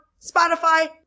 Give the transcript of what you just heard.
Spotify